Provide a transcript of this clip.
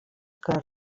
que